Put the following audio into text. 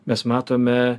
mes matome